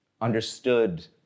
understood